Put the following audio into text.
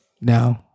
No